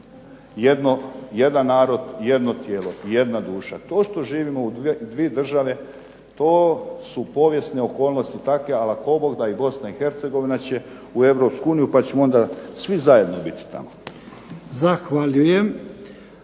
jedan narod, jedno tijelo i jedna duša. To što živimo u 2 države to su povijesne okolnosti takve, ali ako Bog da i BiH će u EU pa ćemo onda svi zajedno biti tamo. **Jarnjak,